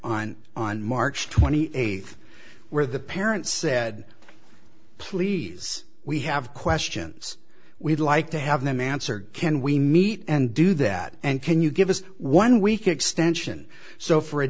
on on march twenty eighth where the parents said please we have questions we'd like to have them answered can we meet and do that and can you give us one week extension so for a